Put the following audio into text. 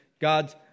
God